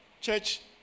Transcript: Church